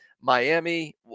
Miami